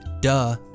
DUH